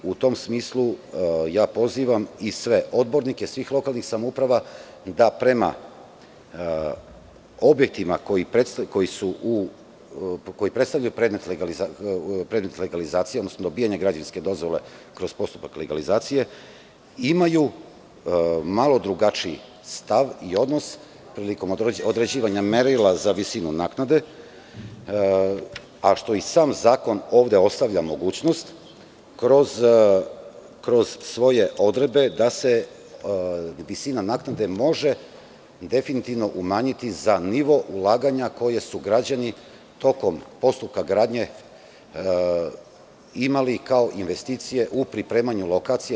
U tom smislu, pozivam sve odbornike svih lokalnih samouprava da prema objektima koji predstavljaju predmet legalizacije, odnosno dobijanje građevinske dozvole kroz postupak legalizacije, imaju malo drugačiji stav i odnos prilikom određivanja merila za visinu naknade, a što i sam zakon ovde ostavlja mogućnost kroz svoje odredbe da se visina naknade može definitivno umanjiti za nivo ulaganja koje su građani tokom postupka gradnje imali, kao investicije, u pripremanju lokacije.